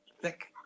thick